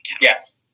Yes